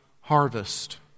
harvest